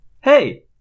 Hey